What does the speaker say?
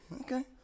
Okay